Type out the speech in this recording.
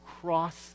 cross